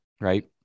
right